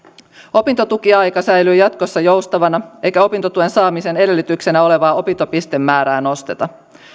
opintotukiaika säilyy jatkossa joustavana eikä opintotuen saamisen edellytyksenä olevaa opintopistemäärää nosteta